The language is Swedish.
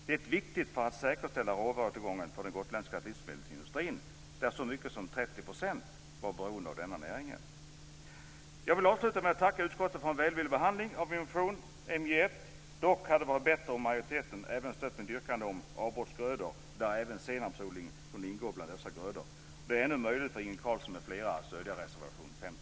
Det är viktigt för att säkerställa råvarutillgången för den gotländska livsmedelsindustrin, där så många som 30 % är beroende av näringen. Jag vill avsluta med att tacka utskottet för en välvillig behandling av min motion MJ1. Det hade dock varit bättre om majoriteten även stött mitt yrkande om avbrottsgrödor där även senapsodling skulle ingå. Det är ännu möjligt för Inge Carlsson m.fl. att stödja reservation 50.